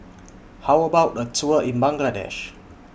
How about A Tour in Bangladesh